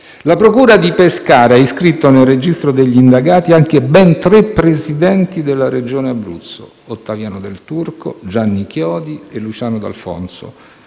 la procura di Pescara ha iscritto nel registro degli indagati anche ben tre Presidenti della Regione Abruzzo (Ottaviano Del Turco, Gianni Chiodi e Luciano D'Alfonso).